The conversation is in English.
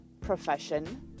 profession